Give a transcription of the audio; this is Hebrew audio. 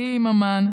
ליהיא ממן,